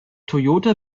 toyota